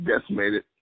decimated